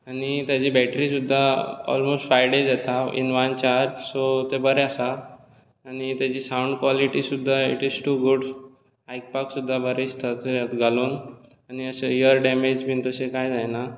आनी ताची बेटरी सुद्दां ऑलमोस्ट फाइव देज येता इन वन चार्ज सो तें बरें आसा आनी ताजी सावंड क्वॉलिटी सुद्दां इट इज टू गुड आयकपाक सुद्दां बरें दिसता घालून आनी इयर डेमेज बी तशें कांय जायना